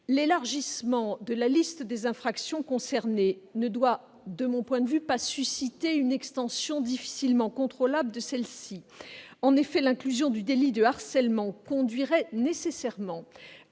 L'élargissement de la liste des infractions concernées ne doit pas, de mon point de vue, susciter une extension difficilement contrôlable de celle-ci. Or l'ajout à cette liste du délit de harcèlement conduirait nécessairement